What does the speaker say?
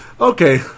Okay